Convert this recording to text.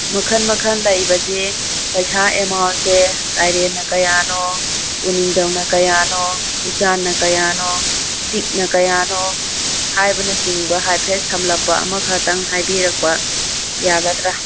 ꯃꯈꯟ ꯃꯈꯟ ꯂꯩꯕꯁꯦ ꯄꯩꯁꯥ ꯑꯦꯃꯥꯎꯟꯁꯦ ꯇꯥꯏꯔꯦꯟꯅ ꯀꯌꯥꯅꯣ ꯎꯅꯤꯡꯗꯧꯅ ꯀꯌꯥꯅꯣ ꯎꯆꯥꯟꯅ ꯀꯌꯥꯅꯣ ꯇꯤꯛꯅ ꯀꯌꯥꯅꯣ ꯍꯥꯏꯕꯅ ꯆꯤꯡꯕ ꯍꯥꯏꯐꯦꯠ ꯁꯝꯂꯞꯄ ꯑꯃ ꯈꯛꯇꯪ ꯍꯥꯏꯕꯤꯔꯛꯄ ꯌꯥꯒꯗ꯭ꯔꯥ